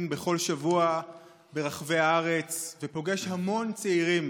בכל שבוע ברחבי הארץ ופוגש המון צעירים